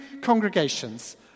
congregations